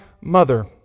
mother